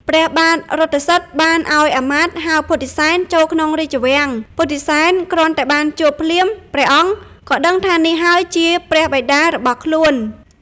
ព្រះបាទរថសិទ្ធិបានឲ្យអាមាត្យហៅពុទ្ធិសែនចូលក្នុងរាជវាំង ពុទ្ធិសែនគ្រាន់តែបានជួបភ្លាមព្រះអង្គក៏ដឹងថានេះហើយជាព្រះបិតារបស់ខ្លួន។